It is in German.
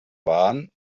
waren